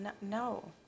no